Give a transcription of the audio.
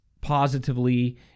positively